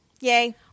Yay